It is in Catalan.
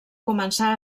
començar